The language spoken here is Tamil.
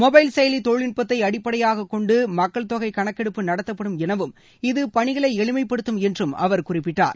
மொபைல் செயலி தொழில்நுட்பத்தை அடிப்படையாக கொண்டு மக்கள் தொகை கணக்கெடுப்பு நடத்தப்படும் எனவும் இது பணிகளை எளிமைப்படுத்தும் என்றும் அவர் குறிப்பிட்டார்